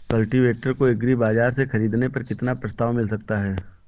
Cultivator को agri बाजार से ख़रीदने पर कितना प्रस्ताव मिल सकता है?